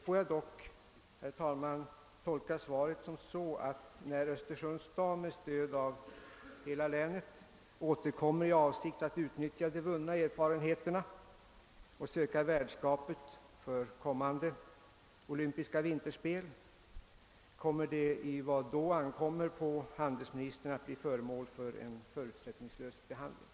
Får jag dock tolka svaret så, att när Östersunds stad med hela länets stöd återkommer i avsikt att utnyttja de vunna erfarenheterna och söka värdskap för kommande olympiska vinterspel, kommer ansökningen i vad ankommer på handelsministern att bli föremål för en förutsättningslös behandling?